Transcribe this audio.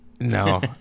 no